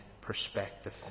perspective